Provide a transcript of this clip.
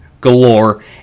galore